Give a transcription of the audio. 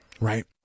Right